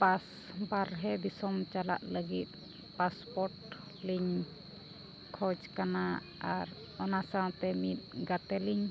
ᱯᱟᱥ ᱵᱟᱨᱦᱮ ᱫᱤᱥᱚᱢ ᱪᱟᱞᱟᱜ ᱞᱟᱹᱜᱤᱫ ᱯᱟᱥᱯᱳᱨᱴ ᱞᱤᱧ ᱠᱷᱚᱡᱽ ᱠᱟᱱᱟ ᱟᱨ ᱚᱱᱟ ᱥᱟᱶᱛᱮ ᱢᱤᱫ ᱜᱟᱛᱮ ᱞᱤᱧ